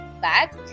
Back